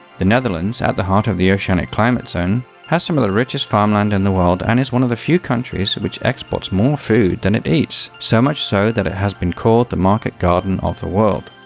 the netherlands, at the heart of the oceanic climate zone has some of the richest farmland in and the world and is one of the few countries which exports more food than it eats, so much so that it has been called the market garden of the world.